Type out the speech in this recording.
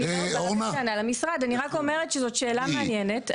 אני רק אומרת שזאת שאלה מעניינת.